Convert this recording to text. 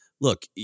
look